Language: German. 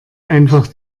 einfach